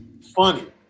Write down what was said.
Funny